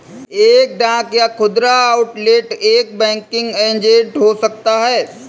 एक डाक या खुदरा आउटलेट एक बैंकिंग एजेंट हो सकता है